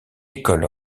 école